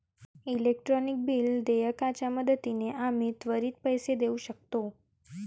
electronic bill देयकाच्या मदतीने आम्ही त्वरित पैसे देऊ शकतो